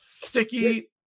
sticky